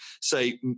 say